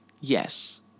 Yes